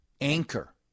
anchor